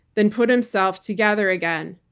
then put himself together again.